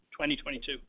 2022